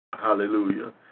Hallelujah